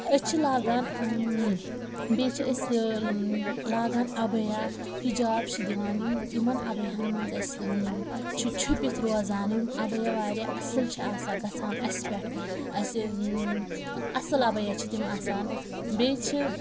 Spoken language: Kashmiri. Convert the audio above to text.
أسۍ چھِ لاگان بیٚیہِ چھِ أسۍ ٲں لاگان عبایہ حجاب چھِ دِوان یِم یِمَن عبایاہَن منٛز اسہِ چھِ چھُپِتھ روزان یِم عبایہ واریاہ اصٕل چھِ آسان گژھان اسہِ پٮ۪ٹھ اسہِ اصٕل عبایہ چھِ تِم آسان بیٚیہِ چھِ